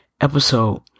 episode